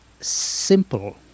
simple